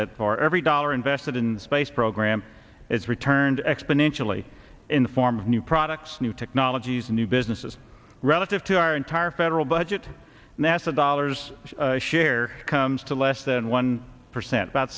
that for every dollar invested in the space program is returned exponentially in the form of new products new technologies new businesses relative to our entire federal budget nasa dollars share comes to less than one percent about